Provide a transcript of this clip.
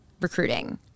recruiting